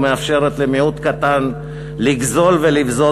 והיא מאפשרת למיעוט קטן לגזול ולבזוז